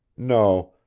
no,